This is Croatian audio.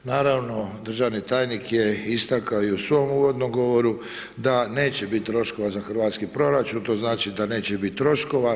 Naravno, državni tajnik je istakao i u svom uvodnom govoru da neće biti troškova za hrvatski proračun, to znači da neće biti troškova.